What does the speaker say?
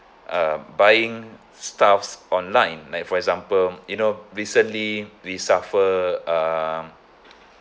uh buying stuffs online like for example you know recently we suffer um